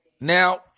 Now